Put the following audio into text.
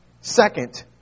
Second